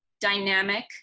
dynamic